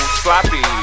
sloppy